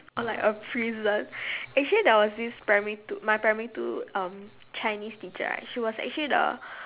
or like a prison actually there was this primary two my primary two um chinese teacher right she was actually the